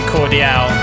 Cordial